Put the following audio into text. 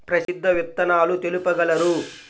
ప్రసిద్ధ విత్తనాలు తెలుపగలరు?